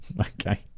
Okay